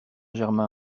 germain